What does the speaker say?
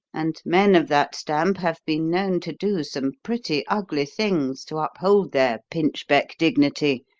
and men of that stamp have been known to do some pretty ugly things to uphold their pinchbeck dignity,